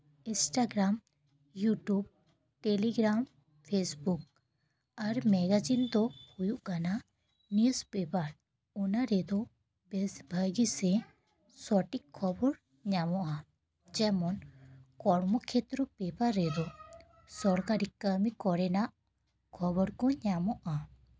Instagram YouTube Telegram Facebook ᱟᱨ magazine ᱫᱚ ᱦᱩᱭᱩᱜ ᱠᱟᱱᱟ ᱱᱤᱭᱩᱥ ᱯᱮᱯᱟᱨ ᱚᱱᱟ ᱨᱮᱫᱚ ᱵᱮᱥ ᱵᱷᱟᱜᱮ ᱥᱮ ᱥᱚᱴᱷᱤᱠ ᱠᱷᱚᱵᱚᱨ ᱧᱟᱢᱚᱜᱼᱟ ᱡᱮᱢᱚᱱ ᱠᱚᱨᱢᱚ ᱠᱷᱮᱛᱨᱚ ᱯᱮᱯᱟᱨ ᱨᱮᱫᱚ ᱥᱚᱨᱠᱟᱨᱤ ᱠᱟᱹᱢᱤ ᱠᱚᱨᱮᱱᱟᱜ ᱠᱷᱚᱵᱚᱨ ᱠᱚ ᱧᱟᱢᱚᱜᱼᱟ